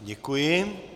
Děkuji.